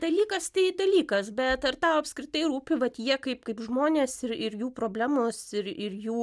dalykas tai dalykas bet ar tau apskritai rūpi vat jie kaip kaip žmonės ir ir jų problemos ir ir jų